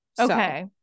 Okay